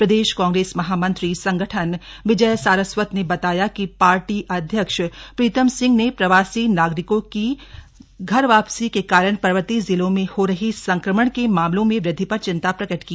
प्रदेश कांग्रेस महामंत्री संगठन विजय सारस्वत ने बताया कि पार्टी अध्यक्ष प्रीतम सिंह ने प्रवासी नागरिकों की घर वापसी के कारण पर्वतीय जिलों में हो रही संक्रमण के मामलों में वृद्धि पर चिन्ता प्रकट की